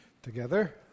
Together